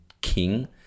King